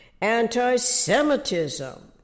anti-Semitism